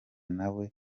nawe